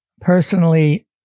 personally